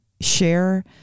share